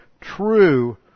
true